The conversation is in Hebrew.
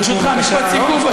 ברשותך, משפט סיכום.